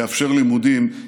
יאפשר לימודים,